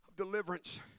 Deliverance